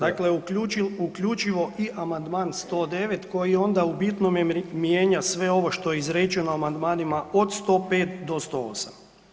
Dakle, uključivo i Amandman 109. koji onda u bitnome mijenja sve ovo što je izrečeno u amandmanima od 105. do 108.